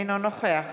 אינו נוכח